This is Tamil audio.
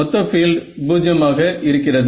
மொத்த பீல்டு 0 ஆக இருக்கிறது